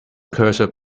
cursor